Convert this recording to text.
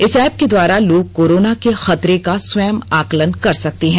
इस ऐप के द्वारा लोग कोरोना के खतरे का स्वयं आकलन कर सकते हैं